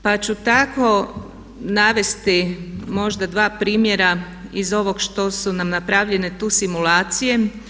Pa ću tako navesti možda dva primjera iz ovog što su nam napravljene tu simulacije.